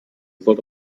sollte